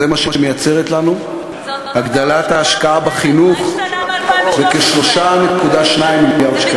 זה מה שמייצרת לנו הגדלת ההשקעה בחינוך בכ-3.2 מיליארד שקלים.